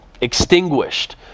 extinguished